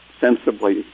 sensibly